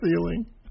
ceiling